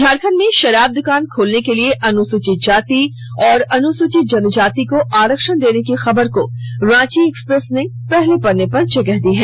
झारखं डमें शराब दुकान खोलने के लिए अनुसूचित जाति और अनुसूचित जनजाति को आरक्षण देने की खबर को रांची एक्सप्रेस ने पहले पन्ने पर जगह दी है